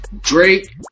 Drake